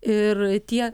ir tie